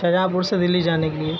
شاہ جہاں پور سے دلی جانے کے لیے